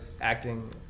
acting